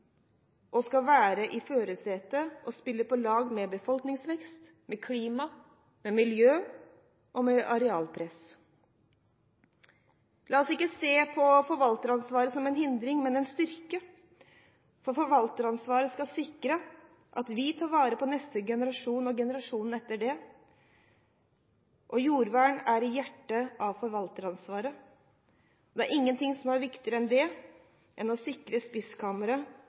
skal være i førersetet og spille på lag med befolkningsvekst, klima, miljø og arealpress. La oss ikke se på forvalteransvaret som en hindring, men som en styrke. Forvalteransvaret skal sikre at vi tar vare på neste generasjon og generasjonene etter det, og jordvern er hjertet i forvalteransvaret. For ingen ting er viktigere enn å sikre spisskammerset for neste generasjon og generasjonene etter det.